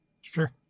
Sure